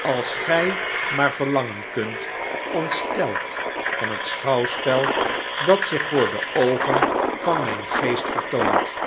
als gij maar verlangen kunt ontsteld van het schouwspel dat zich voor de oogen van mijn geest vertoont